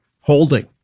holding